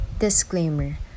Disclaimer